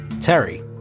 Terry